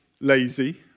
lazy